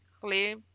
clear